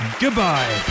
Goodbye